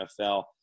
NFL